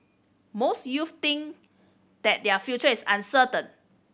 most youths think that their future is uncertain